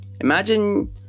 Imagine